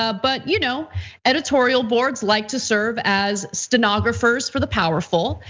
ah but you know editorial boards like to serve as stenographers for the powerful.